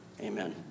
amen